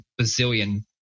bazillion